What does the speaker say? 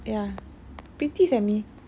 ya pretty [sial] me